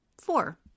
Four